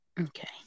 Okay